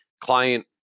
client